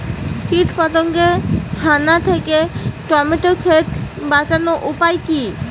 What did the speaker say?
কীটপতঙ্গের হানা থেকে টমেটো ক্ষেত বাঁচানোর উপায় কি?